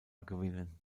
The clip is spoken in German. gewinnen